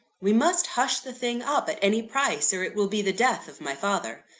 we must hush the thing up at any price or it will be the death of my father.